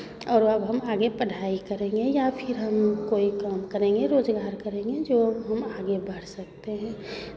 और अब हम आगे पढ़ाई करेंगे या फिर हम कोई काम करेंगे रोज़गार करेंगे जो हम आगे बढ़ सकते हैं